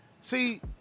see